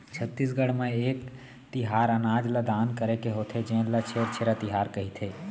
छत्तीसगढ़ म एक तिहार अनाज ल दान करे के होथे जेन ल छेरछेरा तिहार कहिथे